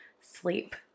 sleep